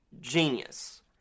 genius